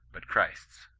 but christ's